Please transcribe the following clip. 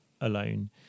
alone